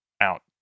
out